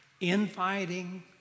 infighting